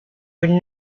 would